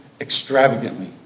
extravagantly